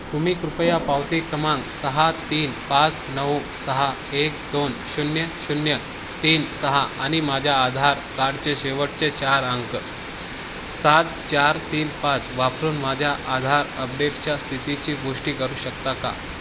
तुम्ही कृपया पावती क्रमांक सहा तीन पाच नऊ सहा एक दोन शून्य शून्य तीन सहा आणि माझ्या आधार कार्डचे शेवटचे चार अंक सात चार तीन पाच वापरून माझ्या आधार अपडेटच्या स्थितीची पुष्टी करू शकता का